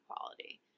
quality